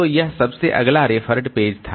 तो यह सबसे अगला रेफरड पेज था